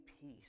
peace